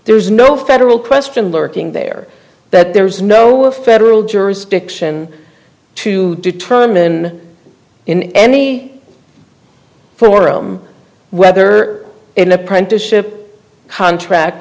there is no federal question lurking there that there is no federal jurisdiction to determine in any forum whether an apprenticeship contract